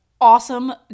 awesome